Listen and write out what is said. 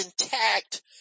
intact